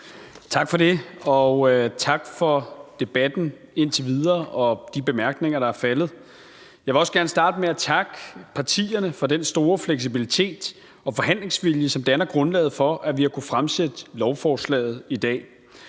Tak for det, og tak for debatten indtil videre og for de bemærkninger, der er faldet. Jeg vil også gerne starte med at takke partierne for den store fleksibilitet og forhandlingsvilje, som danner grundlaget for, at vi har kunnet fremsætte lovforslaget i dag.